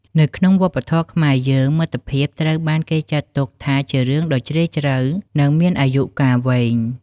នៅក្នុងវប្បធម៌ខ្មែរយើង មិត្តភាពត្រូវបានគេចាត់ទុកថាជារឿងដ៏ជ្រាលជ្រៅ និងមានអាយុកាលវែង។